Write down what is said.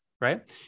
right